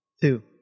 Two